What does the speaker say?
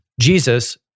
Jesus